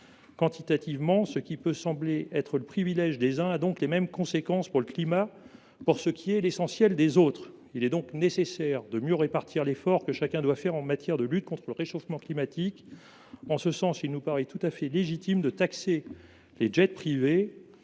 Quantitativement, ce qui peut sembler être le privilège des uns a donc les mêmes conséquences pour le climat que ce qui est l’essentiel des autres. Il est donc nécessaire de mieux répartir l’effort que chacun doit faire en matière de lutte contre le réchauffement climatique. C’est pourquoi il nous paraît tout à fait légitime de taxer les jets privés